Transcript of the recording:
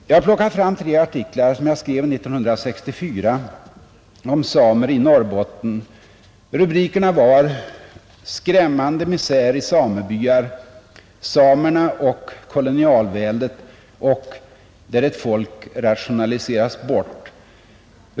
Jag har plockat fram tre artiklar som jag skrev 1964 om samer i Norrbotten. Rubrikerna var ”Skrämmande misär i samebyar”, ”Samerna och kolonialväldet” och ”Där ett folk rationaliseras bort”.